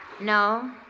No